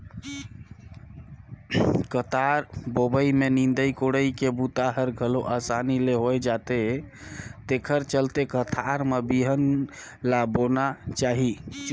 कतार बोवई में निंदई कोड़ई के बूता हर घलो असानी ले हो जाथे तेखर चलते कतार में बिहन ल बोना चाही